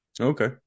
Okay